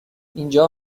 اینجا